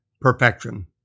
perfection